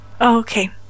Okay